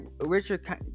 richard